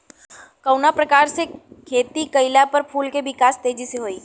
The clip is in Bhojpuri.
कवना प्रकार से खेती कइला पर फूल के विकास तेजी से होयी?